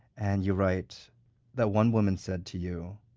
and you write that one woman said to you,